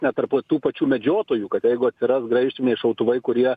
net tarpo tų pačių medžiotojų kad jeigu atsiras graižtviniai šautuvai kurie